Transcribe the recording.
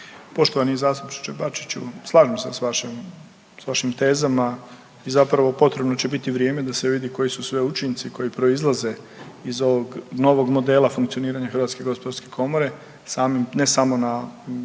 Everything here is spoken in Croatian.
Poštovani zastupniče Bačiću, slažem se s vašim tezama i zapravo potrebno će biti vrijeme da se vidi koji su sve učinci koji proizlaze iz ovog novog modela funkcioniranja HGK samim, ne samo na komoru